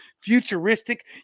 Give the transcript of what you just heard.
futuristic